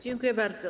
Dziękuję bardzo.